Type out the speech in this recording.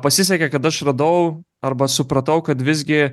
pasisekė kad aš radau arba supratau kad visgi